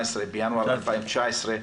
בינואר 2019,